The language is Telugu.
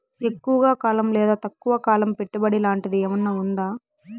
ఎక్కువగా కాలం లేదా తక్కువ కాలం పెట్టుబడి లాంటిది ఏమన్నా ఉందా